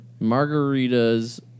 Margaritas